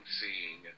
seeing